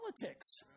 politics